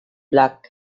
black